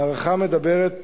ההערכה מדברת